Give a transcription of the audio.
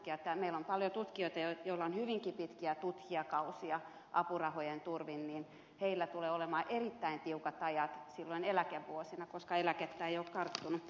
meillä on paljon tutkijoita joilla on hyvinkin pitkiä tutkijakausia apurahojen turvin ja heillä tulee olemaan erittäin tiukat ajat silloin eläkevuosina koska eläkettä ei ole karttunut